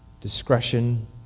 discretion